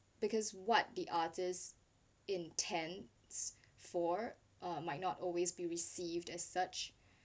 because what the artist intends for uh might not always be received as such